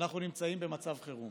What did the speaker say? שאנחנו נמצאים במצב חירום